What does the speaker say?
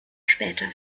später